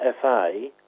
FA